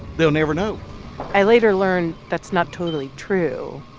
they'll never know i later learned that's not totally true.